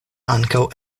ankaŭ